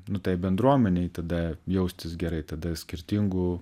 nu tai bendruomenei tada jaustis gerai tada skirtingų